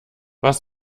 was